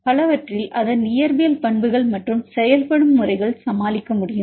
பலவற்றில் அதன் இயற்பியல் பண்புகள் மற்றும் செயல்படும் முறைகள் சமாளிக்க முடியும்